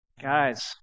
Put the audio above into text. Guys